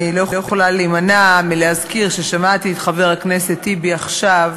אני לא יכולה להימנע מלהזכיר ששמעתי את חבר הכנסת טיבי עכשיו